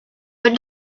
but